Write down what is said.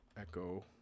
Echo